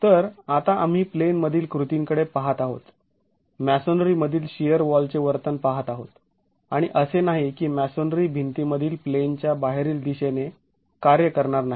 तर आता आम्ही प्लेनमधील कृतींकडे पाहत आहोत मॅसोनरी मधील शिअर वॉलचे वर्तन पाहत आहोत आणि असे नाही की मॅसोनरी भिंती मधील प्लेनच्या बाहेरील दिशेने कार्य करणार नाही